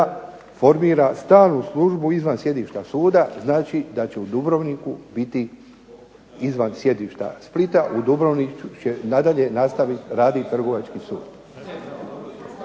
formira stalnu službu izvan sjedišta suda, znači da će u Dubrovniku biti izvan sjedišta Splita u Dubrovniku će i nadalje nastaviti raditi trgovački sud.